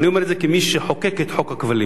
אני אומר את זה כמי שחוקק את חוק הכבלים.